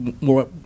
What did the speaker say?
more